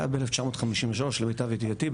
היה ב-1953 למיטב ידיעתי,